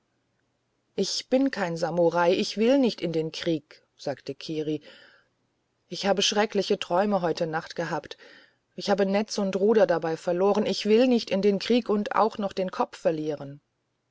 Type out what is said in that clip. ich bin kein samurai ich will nicht in den krieg sagte kiri ich habe schreckliche träume heute nacht gehabt ich habe netz und ruder dabei verloren ich will nicht in den krieg und auch noch den kopf verlieren